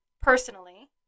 Personally